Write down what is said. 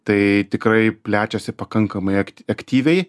tai tikrai plečiasi pakankamai akti aktyviai